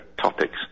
topics